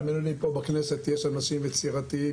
בכנסת יש אנשים יצירתיים,